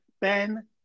Ben